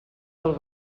del